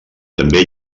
també